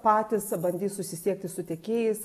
patys bandys susisiekti su tiekėjais